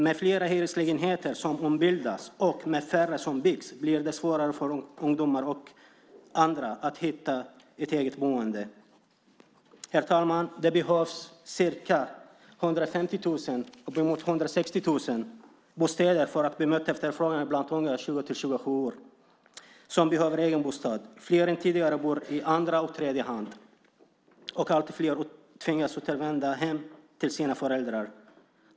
Med flera hyreslägenheter som ombildas och med färre som byggs blir det svårare för ungdomar och andra att hitta ett eget boende. Herr talman! Det behövs uppemot 160 000 bostäder för att möta efterfrågan från unga, 20-27 år, som behöver egen bostad. Fler än tidigare bor i andra och tredje hand, och allt fler tvingas att återvända hem till sina föräldrar.